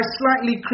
slightly